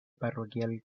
parroquial